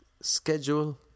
schedule